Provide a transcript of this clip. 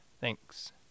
Thanks